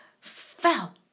fell